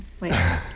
wait